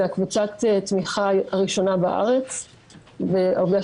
זו קבוצת התמיכה הראשונה בארץ והעובדה